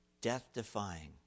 death-defying